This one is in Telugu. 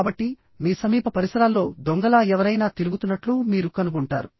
కాబట్టి మీ సమీప పరిసరాల్లో దొంగలా ఎవరైనా తిరుగుతున్నట్లు మీరు కనుగొంటారు